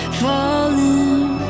falling